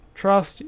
trust